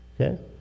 Okay